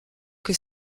que